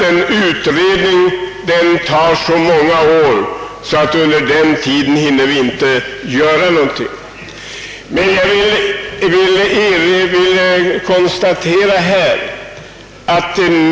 En utredning skulle ta många år, och under den tiden hinner vi inte göra någonting.